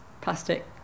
plastic